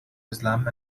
islam